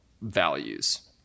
values